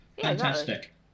Fantastic